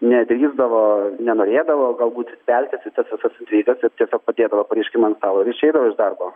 nedrįsdavo nenorėdavo galbūt veltis į tas visas intrigas ir tiesiog padėdavo pareiškimą ant stalo ir išeidavo iš darbo